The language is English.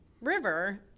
river